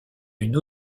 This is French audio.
une